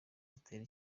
zitera